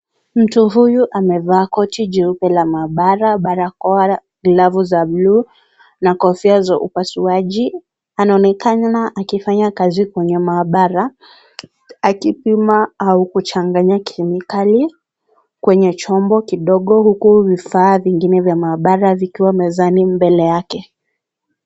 Mtu huyu amevaa koti jeupe la maabala, barakoa, glavu za buluu na kofia za upasuaji. Anaonekana akifanya kazi kwenye maabala akipima au kuchanganya kemikali kwenye chombo kidogo huku vifaa vingine vya maabala vikiwa mezani mbele yake.